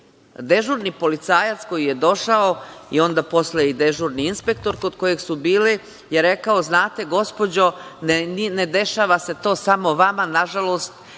Dežurni policajac koji je došao, onda posle i dežurni inspektor kod kojeg su bile, je rekao – znate, gospođo, ne dešava se to samo vama, nažalost